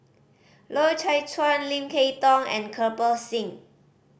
Loy Chye Chuan Lim Kay Tong and Kirpal Singh